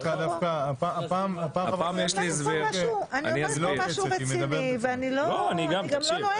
אני אומרת פה משהו רציני ואני גם לא נואמת.